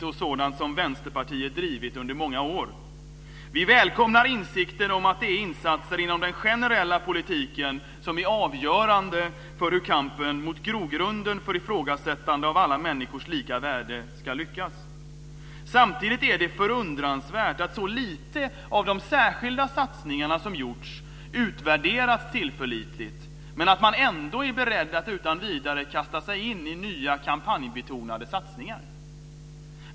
Det är sådant som Vänsterpartiet har drivit i många år. Vi välkomnar insikten om att det är insatser inom den generella politiken som är avgörande för hur kampen mot grogrunden för ifrågasättandet av detta med alla människors lika värde ska lyckas. Samtidigt är det förundransvärt att så lite av de gjorda särskilda satsningarna har utvärderats på ett tillförlitligt sätt och att man ändå är beredd att utan vidare kasta sig in i nya kampanjbetonade satsningar.